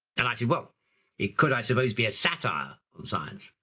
and i said well it could, i suppose, be a satire science.